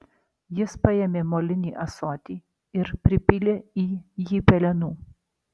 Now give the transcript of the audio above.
jis paėmė molinį ąsotį ir pripylė į jį pelenų